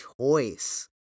choice